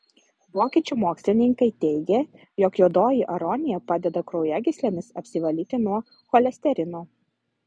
vokiečių mokslininkai teigia jog juodoji aronija padeda kraujagyslėmis apsivalyti nuo cholesterino